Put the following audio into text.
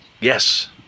Yes